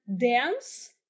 dance